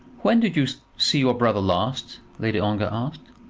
when did you see your brother last? lady ongar asked.